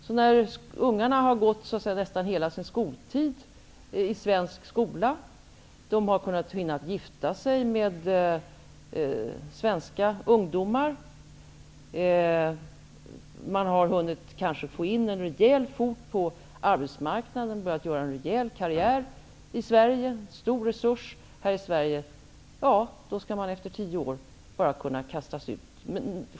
Men ungarna går kanske nästan hela sin skoltid i svensk skola och gifter sig kanske med svenska ungdomar. Kanske hinner de rejält få in en fot på arbetsmarknaden eller påbörja en rejäl karriär i Sverige. De har kanske blivit en stor resurs här. Efter tio år skall de alltså bara kunna kastas ut.